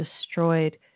destroyed